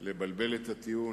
לבלבל את הטיעון,